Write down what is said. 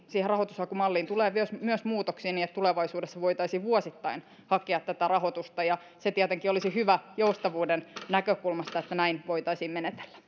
siihen rahoitushakumalliin tulee myös muutoksia niin että tulevaisuudessa voitaisiin vuosittain hakea tätä rahoitusta ja se tietenkin olisi hyvä joustavuuden näkökulmasta että näin voitaisiin menetellä